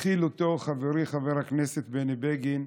התחיל אותו חברי חבר הכנסת בני בגין,